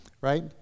right